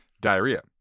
diarrhea